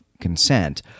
consent